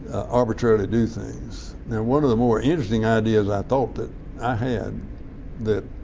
arbitrarily do things. now one of the more interesting ideas i thought that i had that